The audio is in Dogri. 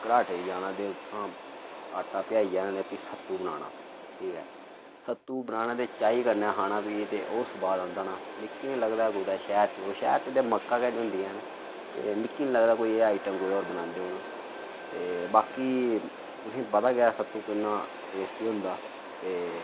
घराटै गी जाना ते उत्थुआं आटा पेहाइयै फ्ही सत्तु बनाना ठीक ऐ सत्तु बनाना ते चाही कन्नै खाना फ्ही ते ओह् सुआद आंदा न मिगी नी लगदा कुदै शैह्र च ओह् शैह्र च ते मक्कां गै नी होंदियां न ते मिगी नी लगदा कोई आइटम कुतै होर बनांदे होन ते बाकी तुसेंगी पता गै अस सत्तु किन्ना टेस्टी होंदा ते